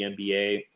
NBA